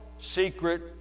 secret